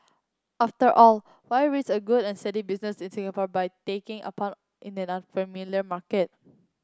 after all why risk a good and steady business in Singapore by taking a punt in an unfamiliar market